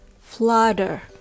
flutter